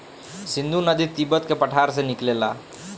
सिन्धु नदी तिब्बत के पठार से निकलेला